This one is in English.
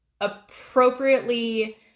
appropriately